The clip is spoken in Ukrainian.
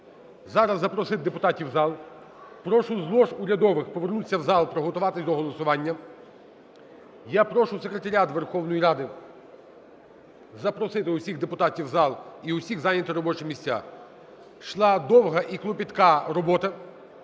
зараз запросити депутатів в зал, прошу з лож урядових повернутися в зал, приготуватися до голосування. Я прошу Секретаріат Верховної Ради запросити усіх депутатів в зал і усіх зайняти робочі місця. Йшла довга і клопітка робота